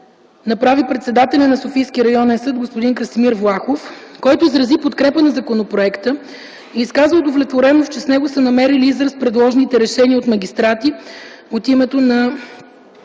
направи председателят на Софийски районен съд господин Красимир Влахов, който изрази подкрепа за законопроекта и изказа удовлетвореност, че в него са намерили израз предложените решения от магистрати от името на